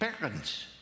Parents